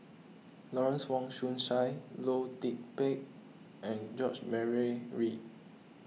Lawrence Wong Shyun Tsai Loh Lik Peng and George Murray Reith